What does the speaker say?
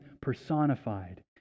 personified